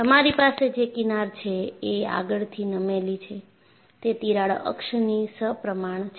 તમારી પાસે જે કિનાર છે એ આગળથી નમેલી છે તે તિરાડ અક્ષની સપ્રમાણ છે